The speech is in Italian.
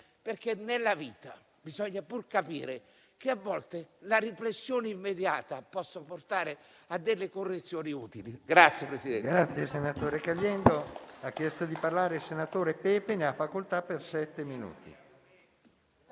perché nella vita bisogna pur capire che a volte la riflessione immediata può portare a correzioni utili.